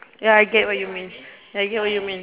ya I get what you mean ya I get what you mean